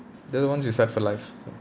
they're the ones you set for life so